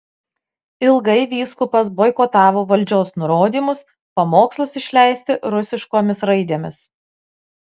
ilgai vyskupas boikotavo valdžios nurodymus pamokslus išleisti rusiškomis raidėmis